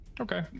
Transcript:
okay